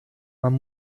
man